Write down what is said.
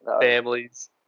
families